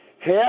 half